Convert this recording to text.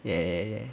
ya